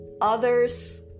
others